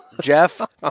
Jeff